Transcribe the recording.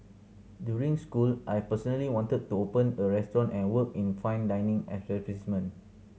during school I personally wanted to open a restaurant and work in fine dining